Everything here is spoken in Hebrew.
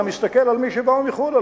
אתה מסתכל על מי שבאו מחוץ-לארץ,